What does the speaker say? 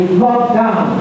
lockdown